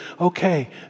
okay